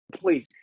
please